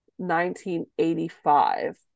1985